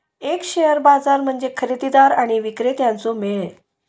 एक शेअर बाजार म्हणजे खरेदीदार आणि विक्रेत्यांचो मेळ